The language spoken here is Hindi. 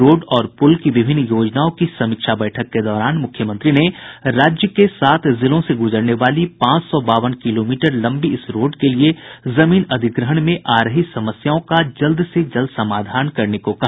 रोड और पुल की विभिन्न योजनाओं की समीक्षा बैठक के दौरान मुख्यमंत्री ने राज्य के सात जिलों से गुजरने वाली पांच सौ बावन किलामीटर लम्बी इस रोड के लिए जमीन अधिग्रहण में आ रही समस्याओं का जल्द से जल्द समाधान करने को कहा